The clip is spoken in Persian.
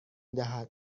دهد